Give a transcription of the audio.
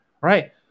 right